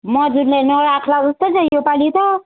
मजुरले नराख्ला जस्तो छ योपालि त